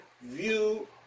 view